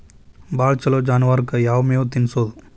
ಭಾಳ ಛಲೋ ಜಾನುವಾರಕ್ ಯಾವ್ ಮೇವ್ ತಿನ್ನಸೋದು?